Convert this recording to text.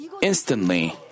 instantly